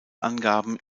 angaben